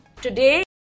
Today